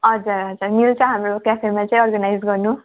हजुर हजुर मिल्छ हाम्रो क्याफेमा चाहिँ अर्गनाइज गर्नु